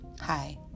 Hi